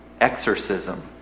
exorcism